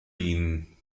dienen